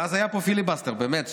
ואז היה פה פיליבסטר שבאמת,